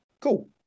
cool